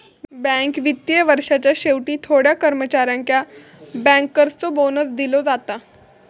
bank वित्तीय वर्षाच्या शेवटी थोड्या कर्मचाऱ्यांका बँकर्सचो बोनस दिलो जाता